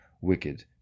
wicked